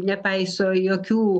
nepaiso jokių